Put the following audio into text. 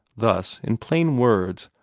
thus, in plain words,